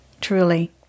truly